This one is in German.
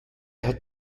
hat